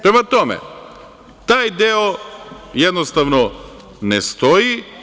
Prema tome, taj deo jednostavno ne stoji.